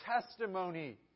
testimony